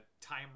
Time